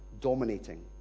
dominating